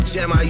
Jam